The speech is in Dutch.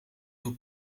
door